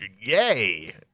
Yay